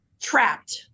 Trapped